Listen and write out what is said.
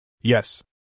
Yes